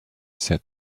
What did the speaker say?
said